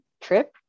trip